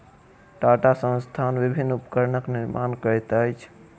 टाटा संस्थान विभिन्न उपकरणक निर्माण करैत अछि